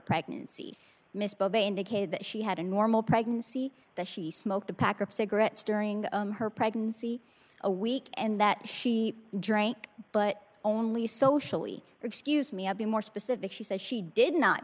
pregnancy misspoke they indicated that she had a normal pregnancy that she smoked a pack of cigarettes during her pregnancy a week and that she drank but only socially or excuse me of being more specific she said she did not